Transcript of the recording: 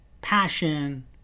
passion